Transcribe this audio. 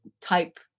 type